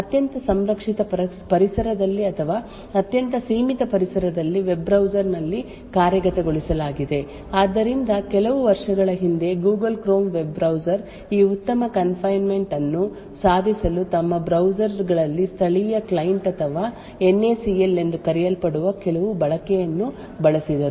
ಅತ್ಯಂತ ಸಂರಕ್ಷಿತ ಪರಿಸರದಲ್ಲಿ ಅಥವಾ ಅತ್ಯಂತ ಸೀಮಿತ ಪರಿಸರದಲ್ಲಿ ವೆಬ್ ಬ್ರೌಸರ್ ನಲ್ಲಿ ಕಾರ್ಯಗತಗೊಳಿಸಲಾಗಿದೆ ಆದ್ದರಿಂದ ಕೆಲವು ವರ್ಷಗಳ ಹಿಂದೆ Google Chrome ವೆಬ್ ಬ್ರೌಸರ್ ಈ ಉತ್ತಮ ಕನ್ ಫೈನ್ಮೆಂಟ್ ಅನ್ನು ಸಾಧಿಸಲು ತಮ್ಮ ಬ್ರೌಸರ್ ಗಳಲ್ಲಿ ಸ್ಥಳೀಯ ಕ್ಲೈಂಟ್ ಅಥವಾ ಎನ್ಎಸಿಎಲ್ ಎಂದು ಕರೆಯಲ್ಪಡುವ ಕೆಲವು ಬಳಕೆಯನ್ನು ಬಳಸಿದರು